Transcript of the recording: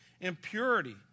impurity